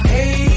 Hey